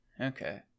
Okay